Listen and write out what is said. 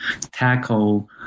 tackle